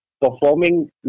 performing